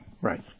Right